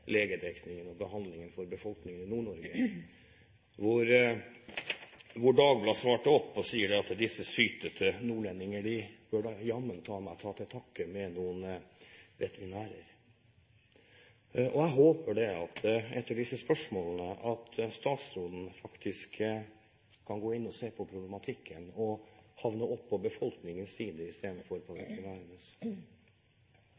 legedekningen og -behandlingen for befolkningen i Nord-Norge. Dagbladet fulgte opp og sa at disse sytete nordlendingene jammen burde ta til takke med noen veterinærer. Jeg håper at statsråden etter disse spørsmålene kan gå inn og se på problematikken og havne på befolkningens side istedenfor på